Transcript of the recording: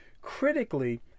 critically